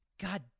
God